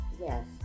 Yes